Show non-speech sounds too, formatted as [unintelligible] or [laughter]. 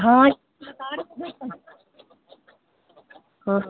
हाँ [unintelligible] बता रहे थे फिर [unintelligible] हाँ